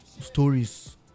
stories